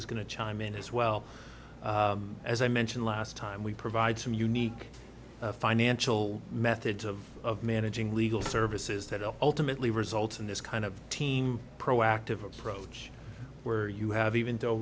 lisa's going to chime in as well as i mentioned last time we provide some unique financial methods of managing legal services that will ultimately result in this kind of team proactive approach where you have even though